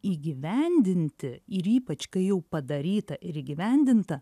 įgyvendinti ir ypač kai jau padaryta ir įgyvendinta